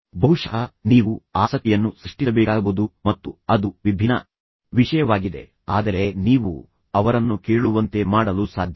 ಬಹುಶಃ ನೀವು ಆಸಕ್ತಿಯನ್ನು ಸೃಷ್ಟಿಸಬೇಕಾಗಬಹುದು ಮತ್ತು ಅದು ವಿಭಿನ್ನ ವಿಷಯವಾಗಿದೆ ಆದರೆ ನೀವು ಅವರನ್ನು ಕೇಳುವಂತೆ ಮಾಡಲು ಸಾಧ್ಯವಿಲ್ಲ